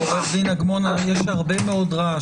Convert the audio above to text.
עו"ד אגמון, יש הרבה מאוד רעש.